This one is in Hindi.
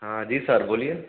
हाँ जी सर बोलिए